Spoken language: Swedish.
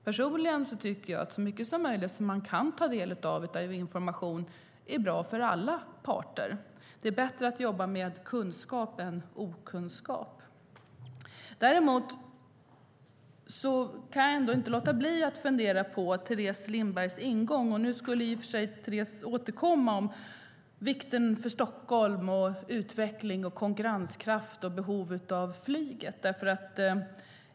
Personligen tycker jag att möjligheten att få ta del av så mycket information som möjligt är bra för alla parter. Det är bättre att jobba med kunskap än med okunskap. Jag kan ändå inte låta bli att fundera över Teres Lindbergs ingång i frågan. Nu skulle i och för sig Teres återkomma om Stockholms utveckling, konkurrenskraft och behovet av flyget.